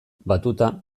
batuta